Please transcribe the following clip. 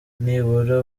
nibura